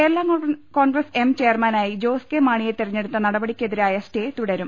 Kerala Congress M ചെയർമാനായി Jose K മാണിയെ തെരഞ്ഞെടുത്ത നടപടിക്കെതിരായ സ്റ്റേ തുടരും